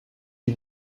you